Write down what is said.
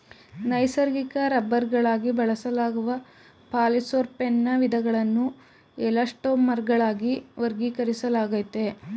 ನೈಸರ್ಗಿಕ ರಬ್ಬರ್ಗಳಾಗಿ ಬಳಸಲಾಗುವ ಪಾಲಿಸೊಪ್ರೆನ್ನ ವಿಧಗಳನ್ನು ಎಲಾಸ್ಟೊಮರ್ಗಳಾಗಿ ವರ್ಗೀಕರಿಸಲಾಗಯ್ತೆ